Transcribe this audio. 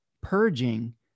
purging